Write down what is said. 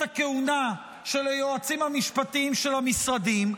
הכהונה של היועצים המשפטיים של המשרדים,